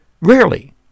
Rarely